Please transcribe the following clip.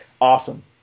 awesome